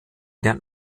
den